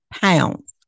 pounds